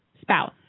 spouse